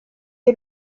iri